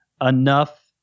enough